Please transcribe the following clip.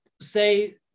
say